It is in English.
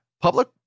Public